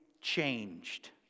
changed